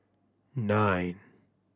nine